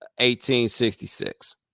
1866